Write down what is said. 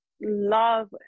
love